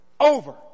Over